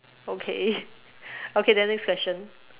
okay okay then next question